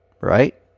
right